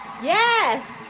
Yes